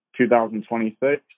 2026